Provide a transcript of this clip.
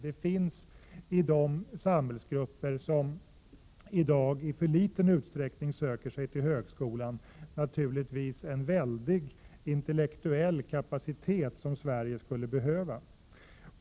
Det finns i de samhällsgrupper som i dag i alltför liten utsträckning söker sig till högskolan en väldig intellektuell kapacitet som Sverige skulle behöva.